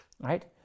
right